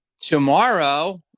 tomorrow